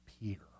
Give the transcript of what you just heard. Peter